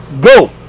Go